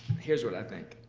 here's what i think.